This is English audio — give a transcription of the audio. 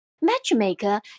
matchmaker